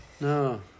No